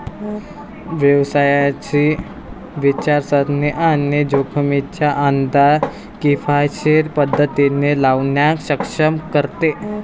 व्यवसायाची विचारसरणी आणि जोखमींचा अंदाज किफायतशीर पद्धतीने लावण्यास सक्षम करते